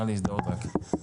נא להזדהות רק.